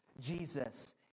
Jesus